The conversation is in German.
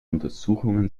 untersuchungen